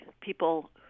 people